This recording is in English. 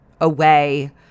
away